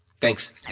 Thanks